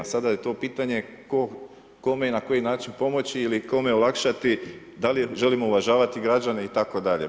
Sada je to pitanje tko kome i na koji način pomoći ili kome olakšati, da li želimo uvažavati građane itd.